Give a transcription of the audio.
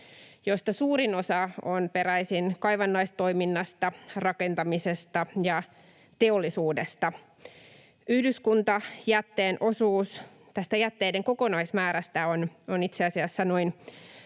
josta suurin osa on peräisin kaivannaistoiminnasta, rakentamisesta ja teollisuudesta. Yhdyskuntajätteen osuus tästä jätteiden kokonaismäärästä on itse asiassa noin